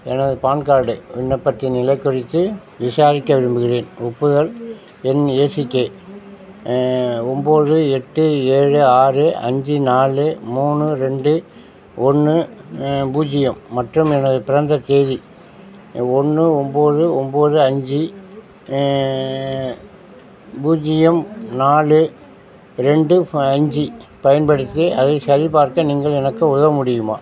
எனது PAN card விண்ணப்பத்தின் நிலைக் குறித்து விசாரிக்க விரும்புகின்றேன் ஒப்புதல் எண் ஏசிகே ஒன்போது எட்டு ஏழு ஆறு அஞ்சு நாலு மூணு ரெண்டு ஒன்று பூஜ்ஜியம் மற்றும் எனது பிறந்த தேதி ஒன்று ஒன்போது ஒன்போது அஞ்சு பூஜ்ஜியம் நாலு ரெண்டு அஞ்சு பயன்படுத்தி அதை சரிபார்க்க நீங்கள் எனக்கு உதவ முடியுமா